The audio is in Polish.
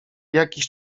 jakiś